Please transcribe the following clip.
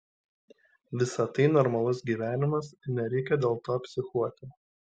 visa tai normalus gyvenimas ir nereikia dėl to psichuoti